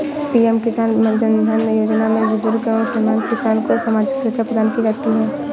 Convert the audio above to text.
PM किसान मानधन योजना से बुजुर्ग एवं सीमांत किसान को सामाजिक सुरक्षा प्रदान की जाती है